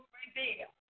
reveal